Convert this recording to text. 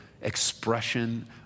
expression